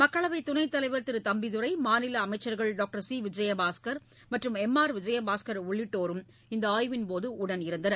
மக்களவை துணைத் தலைவர் திரு தம்பிதுரை மாநில அமைச்சர்கள் டாக்டர் சி விஜயபாஸ்கர் மற்றும் திரு எம் ஆர் விஜயபாஸ்கர் உள்ளிட்டோரும் இந்த ஆய்வின்போது உடனிருந்தனர்